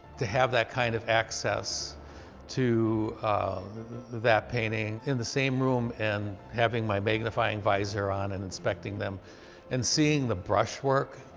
to have that kind of access to that painting in the same room, and having my magnifying visor on and inspecting them and seeing the brushwork.